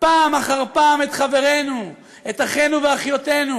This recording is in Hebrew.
פעם אחר פעם את חברינו, את אחינו ואחיותינו,